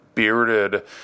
bearded